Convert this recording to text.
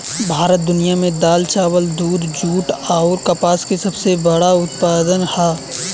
भारत दुनिया में दाल चावल दूध जूट आउर कपास के सबसे बड़ उत्पादक ह